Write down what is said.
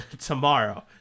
tomorrow